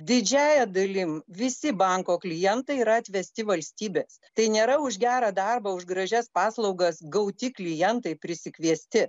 didžiąja dalimi visi banko klientai yra atvesti valstybės tai nėra už gerą darbą už gražias paslaugas gauti klientai prisikviesti